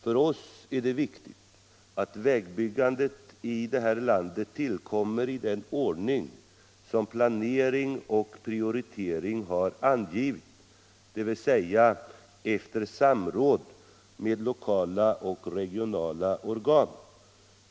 För oss är det viktigt att vägbyggandet i det här landet tillkommer i den ordning som planering och prioritering har angivit, dvs. efter samråd med lokala och regionala organ.